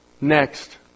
Next